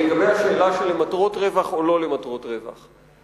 לגבי השאלה של למטרות רווח או לא למטרות רווח.